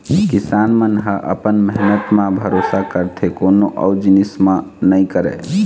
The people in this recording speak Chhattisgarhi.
किसान मन ह अपन मेहनत म भरोसा करथे कोनो अउ जिनिस म नइ करय